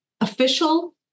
official